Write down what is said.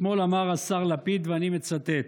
אתמול אמר השר לפיד, ואני מצטט: